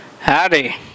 Howdy